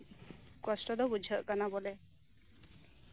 ᱠᱚᱥᱴᱚ ᱫᱚ ᱵᱩᱡᱷᱟᱹᱜ ᱠᱟᱱᱟ ᱵᱚᱞᱮ